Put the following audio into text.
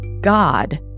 God